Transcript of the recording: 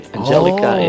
Angelica